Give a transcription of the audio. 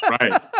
Right